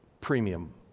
premium